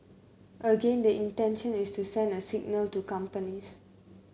again the intention is to send a signal to companies